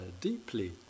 deeply